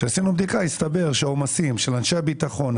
כשעשינו בדיקה הסתבר שהעומסים של אנשי הביטחון,